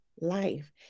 life